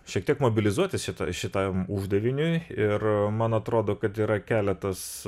šiek tiek mobilizuotis šitam uždaviniui ir man atrodo kad yra keletas